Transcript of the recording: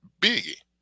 Biggie